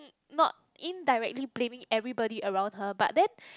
not indirectly blaming everybody around her but then